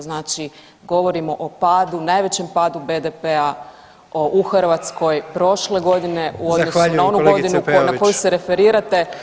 Znači govorimo o padu, najvećem padu BDP-a u Hrvatskoj prošle godine u odnosu na onu godinu na koju se referirate.